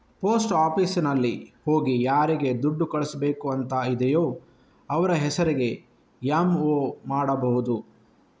post ಆಫೀಸಿನಲ್ಲಿ ಹೋಗಿ ಯಾರಿಗೆ ದುಡ್ಡು ಕಳಿಸ್ಬೇಕು ಅಂತ ಇದೆಯೋ ಅವ್ರ ಹೆಸರಿಗೆ ಎಂ.ಒ ಮಾಡ್ಬಹುದು